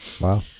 Wow